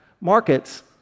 markets